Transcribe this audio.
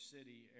City